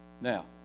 Now